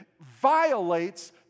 violates